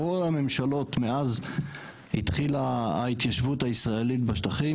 כל הממשלות מאז התחילה ההתיישבות הישראלית בשטחים,